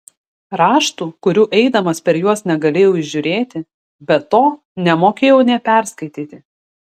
raštų kurių eidamas per juos negalėjau įžiūrėti be to nemokėjau nė perskaityti